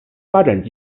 发展